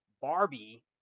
Barbie